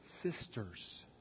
Sisters